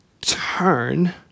turn